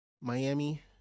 Miami